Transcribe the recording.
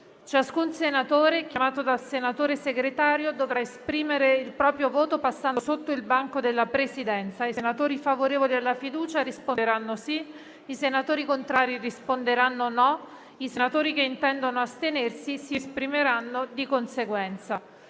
Ciascun senatore chiamato dal senatore Segretario dovrà esprimere il proprio voto passando innanzi al banco della Presidenza. I senatori favorevoli alla fiducia risponderanno sì; i senatori contrari risponderanno no; i senatori che intendono astenersi si esprimeranno di conseguenza.